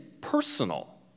personal